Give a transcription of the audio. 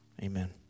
Amen